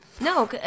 No